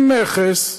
עם מכס,